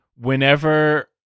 whenever